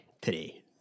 today